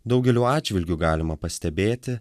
daugeliu atžvilgiu galima pastebėti